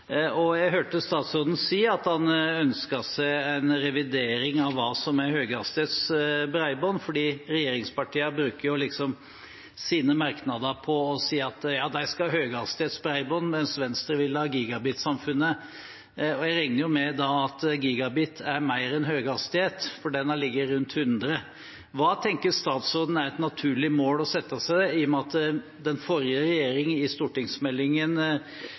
Jeg hørte statsråden si at han ønsket seg en revidering av hva som er høyhastighets bredbånd. Regjeringspartiene bruker sine merknader på å si at ja, de skal ha høyhastighetsbredbånd, mens Venstre vil ha gigabitsamfunnet. Jeg regner da med at gigabit er mer enn høyhastighet, for den har ligget rundt 100 Mbit/s. Hva tenker statsråden er et naturlig mål å sette seg? Den forrige regjeringen slo i Meld. St. 28 for 2020–2021 fast at